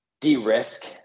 de-risk